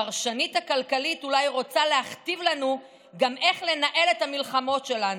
הפרשנית הכלכלית אולי רוצה להכתיב לנו גם איך לנהל את המלחמות שלנו,